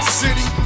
city